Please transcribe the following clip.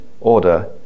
order